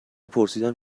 پرسیدم